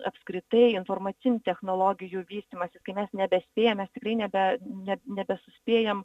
apskritai informacinių technologijų vystymasis kai mes nebespėjame tikrai nebe net nebesuspėjam